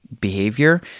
behavior